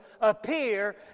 appear